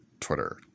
Twitter